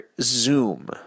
Zoom